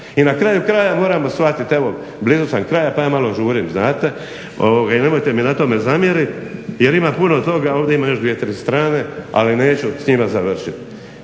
I na kraju kraja moramo shvatiti, evo blizu sam kraja pa ja malo žurim znate, i nemojte mi na tome zamjeriti jer ima puno toga, a ovdje imam još dvije, tri strane, ali neću s njima završiti.